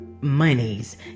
monies